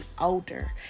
older